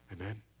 Amen